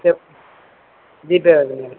sir வீட்டை அதுமாதிரி